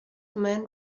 man